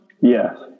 yes